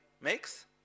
makes